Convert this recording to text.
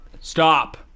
stop